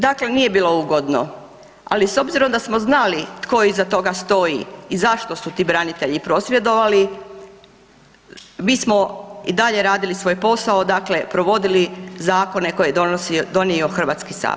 Dakle, nije bilo ugodno, ali s obzirom da smo znali tko iza toga stoji i zašto su ti branitelji prosvjedovali, mi smo i dalje radili svoj posao, dakle provodili zakone koje donosi, donio Hrvatski sabor.